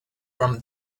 from